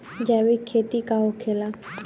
जैविक खेती का होखेला?